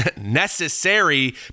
necessary